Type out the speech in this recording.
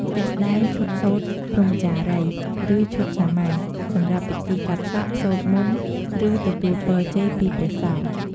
ជាក់ស្ដែង ឈុតសូត្រព្រហ្មចារីយ៍ ឬឈុតសាមញ្ញ សម្រាប់ពិធីកាត់សក់ សូត្រមន្ត ឬទទួលពរជ័យពីព្រះសង្ឃ។